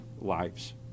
lives